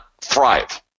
thrive